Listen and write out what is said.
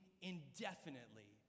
indefinitely